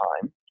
time